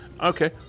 Okay